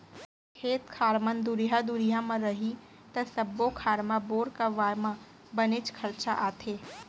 खेत खार मन दुरिहा दुरिहा म रही त सब्बो खार म बोर करवाए म बनेच खरचा आथे